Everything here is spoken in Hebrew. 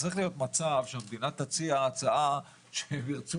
צריך להיות מצב שהמדינה תציע הצעה שהם ירצו